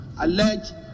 alleged